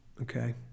okay